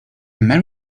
man